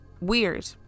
Weird